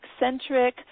eccentric